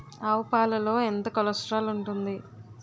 ఆవు పాలలో ఎంత కొలెస్ట్రాల్ ఉంటుంది?